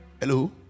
Hello